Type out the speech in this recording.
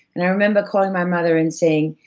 and i remember calling my mother and saying,